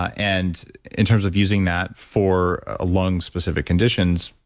and in terms of using that for ah lung specific conditions,